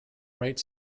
right